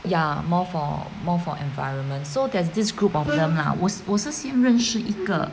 ya more for more for environment so there's this group of them lah 我是先认识一个